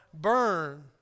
burn